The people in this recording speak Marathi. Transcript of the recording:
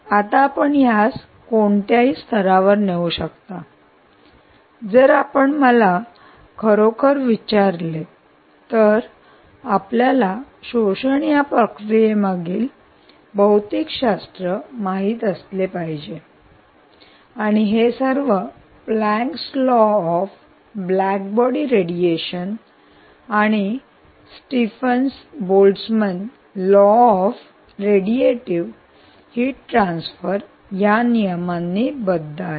आता आपण यास कोणत्याही स्तरावर नेऊ शकता जर आपण मला खरोखर विचारले तर आपल्याला शोषण या प्रक्रिये मागील भौतिकशास्त्र माहित असले पाहिजे आणि हे सर्व Planck's law of blackbody radiation आणि Stefan Planck's law of blackbody radiation and Stefen Stefan Boltzmann law of radiative heat transfer या नियमांनी बद्ध आहे